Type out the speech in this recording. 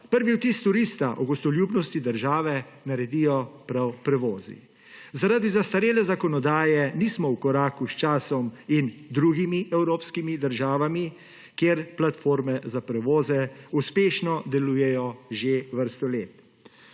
Prvi vtis turista o gostoljubnosti države naredijo prav prevozi. Zaradi zastarele zakonodaje nismo v koraku s časom in drugimi evropskimi državami, kjer platforme za prevoze uspešno delujejo že vrsto let.